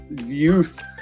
youth